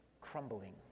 crumbling